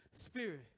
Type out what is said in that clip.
spirit